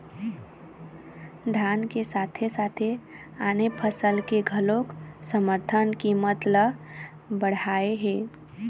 धान के साथे साथे आने फसल के घलोक समरथन कीमत ल बड़हाए हे